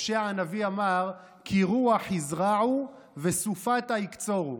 הושע הנביא אמר: "כי רוח יזרעו וסופתה יקצרו"